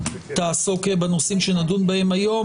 היא תעסוק בנושאים שנדון בהם היום,